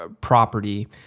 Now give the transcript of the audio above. property